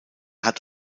hat